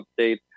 update